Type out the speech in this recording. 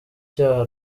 cyaha